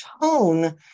tone